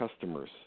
customers